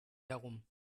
herum